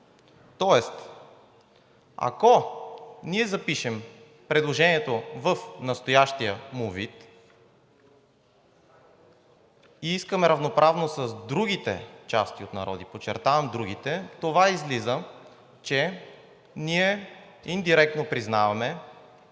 Тоест, ако ние запишем предложението в настоящия му вид и искаме равноправност с другите части от народи, подчертавам другите, излиза, че ние индиректно признаваме,